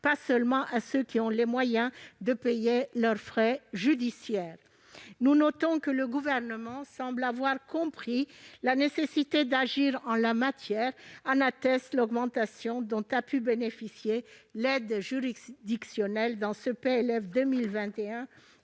pas seulement à ceux qui ont les moyens de payer leurs frais judiciaires. Nous notons que le Gouvernement semble avoir compris la nécessité d'agir en la matière. En atteste l'augmentation de 49,7 millions d'euros dont a pu bénéficier l'aide juridictionnelle dans ce projet